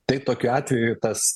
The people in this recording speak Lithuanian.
tai tokiu atveju tas